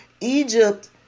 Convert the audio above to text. Egypt